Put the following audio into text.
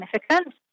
significant